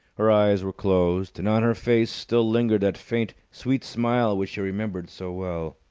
her eyes were closed, and on her face still lingered that faint, sweet smile which he remembered so well.